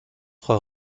trois